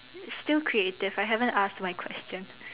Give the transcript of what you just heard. still creative I haven't asked my question